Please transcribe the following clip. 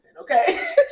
okay